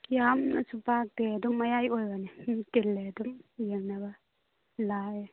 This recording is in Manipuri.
ꯌꯥꯝꯅꯁꯨ ꯄꯥꯛꯇꯦ ꯑꯗꯨꯝ ꯃꯌꯥꯏ ꯑꯣꯏꯕꯅꯦ ꯃꯤ ꯇꯤꯜꯂꯦ ꯑꯗꯨꯝ ꯌꯦꯡꯅꯕ ꯂꯥꯛꯑꯦ